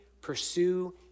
pursue